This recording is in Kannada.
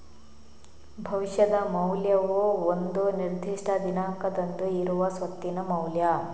ಭವಿಷ್ಯದ ಮೌಲ್ಯವು ಒಂದು ನಿರ್ದಿಷ್ಟ ದಿನಾಂಕದಂದು ಇರುವ ಸ್ವತ್ತಿನ ಮೌಲ್ಯ